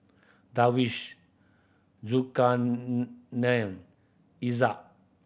Darwish Izzat